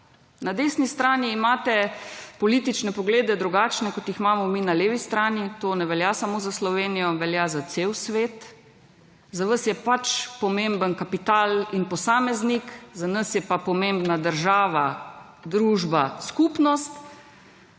na desni strani imate politične poglede drugačne kot jih imamo mi na levi strani. To ne velja samo za Slovenijo, velja za cel svet. Za vas je pač pomemben kapital in posameznik, za nas je pa pomembna država, družba, skupnost